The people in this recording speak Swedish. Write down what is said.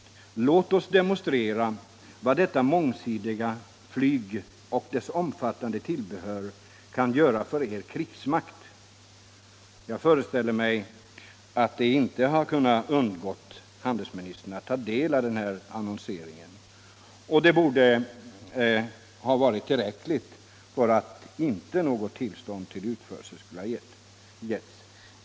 Det heter där: ”Låt oss demonstrera vad detta mångsidiga flyg och dess omfattande tillbehör kan göra för er krigsmakt.” Jag föreställer mig att handelsministern inte kan ha undgått att uppmärksamma denna annonsering, och den borde ha varit tillräcklig för att motivera ett stopp för utförseln i detta fall.